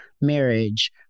marriage